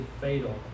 fatal